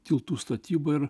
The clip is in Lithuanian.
tiltų statybą ir